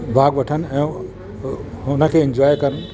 भाॻु वठनि ऐं हुनखे इंजॉय कनि